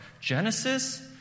Genesis